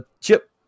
Chip